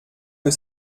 que